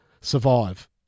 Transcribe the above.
survive